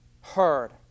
heard